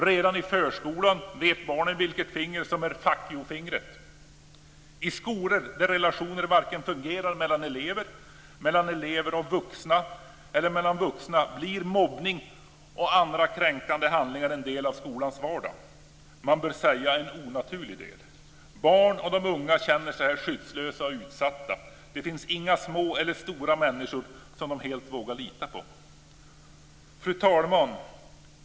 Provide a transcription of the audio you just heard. Redan i förskolan vet barnen vilket finger som är "fuck-you-fingret". I skolor där relationerna inte fungerar vare sig mellan elever, mellan elever och vuxna eller mellan vuxna blir mobbning och andra kränkande handlingar en del av skolans vardag. Man bör säga: en onaturlig del. Barnen och de unga känner sig här skyddslösa och utsatta. Det finns inga små eller stora människor som de helt vågar lita på. Fru talman!